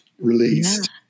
released